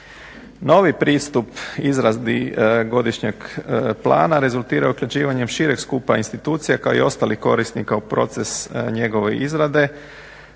Novi pristup izradi godišnjeg plana rezultirao je usklađivanjem šireg skupa institucija kao i ostalih korisnika u proces njegove izrade,